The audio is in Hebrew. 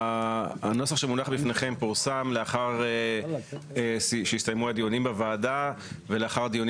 הנוסח שמונח בפניכם פורסם לאחר שהסתיימו הדיונים בוועדה ולאחר דיונים